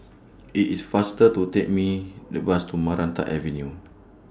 IT IS faster to Take Me The Bus to Maranta Avenue